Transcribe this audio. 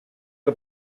que